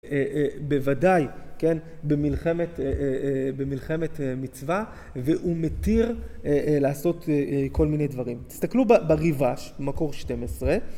בוודאי, כן, במלחמת מצווה והוא מתיר לעשות כל מיני דברים. תסתכלו בריבש, מקור 12.